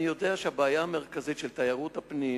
אני יודע שהבעיה המרכזית של תיירות הפנים